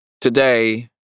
Today